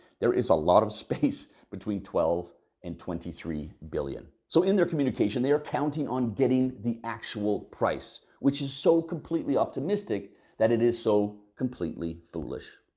there is a lot of space between twelve and twenty three billion. so in their communication, they are counting on getting the actual price which is so completely optimistic that it is so completely foolish.